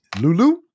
Lulu